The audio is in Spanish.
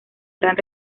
gran